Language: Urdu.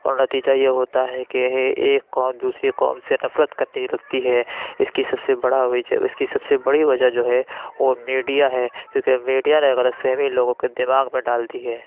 اور نتیجہ یہ ہوتا ہے کہ یہی ایک قوم دوسری قوم سے نفرت کرنے لگتی ہے اِس کی سب سے بڑا وجہ اُس کی سب بڑی وجہ جو ہے وہ میڈیا ہے کیوں کہ میڈیا نے غلط فہمی لوگوں کے دماغ میں ڈال دی ہے